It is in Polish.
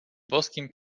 boskim